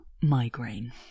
migraine